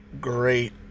great